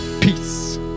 Peace